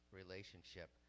relationship